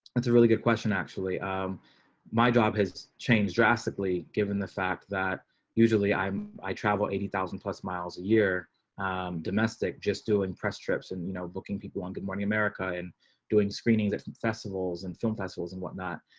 that's a really good question. actually um my job has changed drastically, given the fact that usually i'm i travel eighty thousand plus miles a year domestic just doing press trips and you know booking people on good morning america and doing screenings at festivals and film festivals and whatnot.